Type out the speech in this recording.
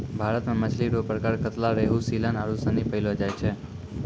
भारत मे मछली रो प्रकार कतला, रेहू, सीलन आरु सनी पैयलो जाय छै